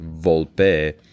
Volpe